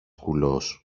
κουλός